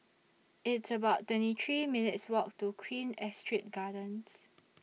It's about twenty three minutes' Walk to Queen Astrid Gardens